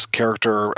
character